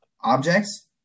objects